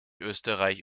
österreich